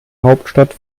hauptstadt